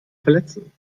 verletzen